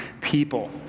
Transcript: people